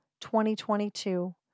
2022